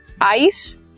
ice